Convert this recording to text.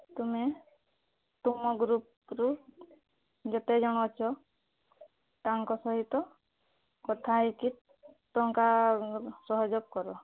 ତୁମେ ତୁମ ଗ୍ରୁପ୍ରୁ ଯେତେ ଜଣ ଅଛ ତାଙ୍କ ସହିତ କଥା ହୋଇକି ଟଙ୍କା ସହୋଯୋଗ କର